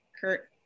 kurt